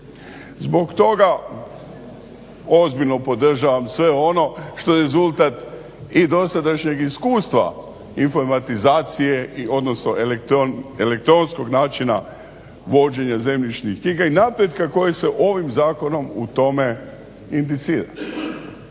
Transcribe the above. Zbog toga ozbiljno podržavam sve ono što je rezultat i dosadašnjeg iskustva informatizacije odnosno elektronskog načina vođenja zemljišnih knjiga i napretka koje se ovim zakonom u tome indicira.